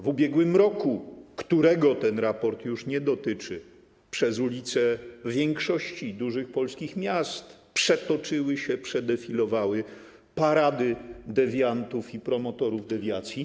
W ubiegłym roku, którego ten raport już nie dotyczy, przez ulice większości dużych polskich miast przetoczyły się, przedefilowały parady dewiantów i promotorów dewiacji.